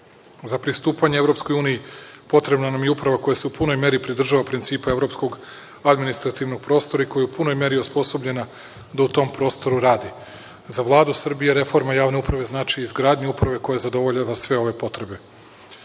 pristupanje EU potrebna nam je uprava koja se u punoj meri pridržava principa evropskog administrativnog prostora i koja je u punoj meri osposobljena da u tom prostoru radi. Za Vladu Srbije reforma javne uprave znači izgradnju uprave koja zadovoljava sve ove potrebe. Danas